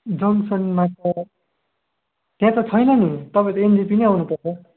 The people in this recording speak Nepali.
जङ्गसनमा त त्यहाँ त छैन नि तपाईँ त एनजेपी नै आउनुपर्छ